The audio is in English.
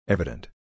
Evident